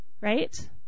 Right